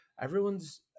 everyone's